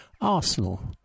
Arsenal